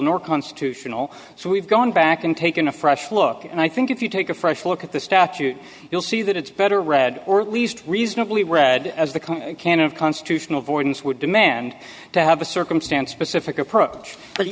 nor constitutional so we've gone back and taken a fresh look and i think if you take a fresh look at the statute you'll see that it's better read or at least reasonably read as the can of constitutional borden's would demand to have a circumstance specific approach but